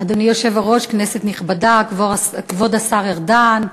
אדוני היושב-ראש, כנסת נכבדה, כבוד השר ארדן,